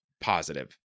positive